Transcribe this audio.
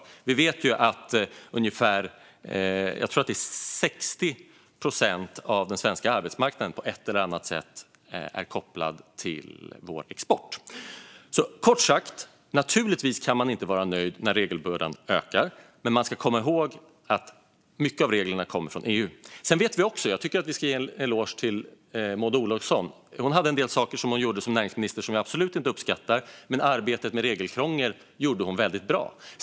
Jag tror att ungefär 60 procent av den svenska arbetsmarknaden på ett eller annat sätt är kopplad till Sveriges export. Kort sagt: Naturligtvis kan man inte vara nöjd när regelbördan ökar. Man ska dock komma ihåg att mycket av reglerna kommer från EU. Jag tycker att vi ska ge en eloge till Maud Olofsson. Hon gjorde en del saker som näringsminister som jag absolut inte uppskattade, men arbetet gällande regelkrångel gjorde hon väldigt bra.